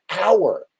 hour